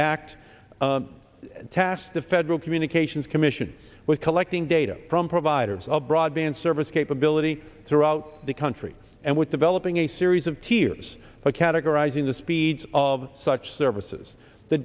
act tass the federal communications commission was collecting data from providers of broadband service capability throughout the country and was developing a series of tiers of categorizing the speeds of such services the